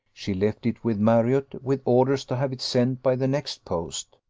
she left it with marriott, with orders to have it sent by the next post.